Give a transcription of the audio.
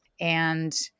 and-